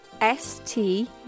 S-T